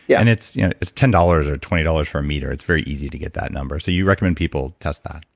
yeah and it's you know it's ten dollars or twenty dollars for a meter. it's very easy to get that number. so you recommend people test that?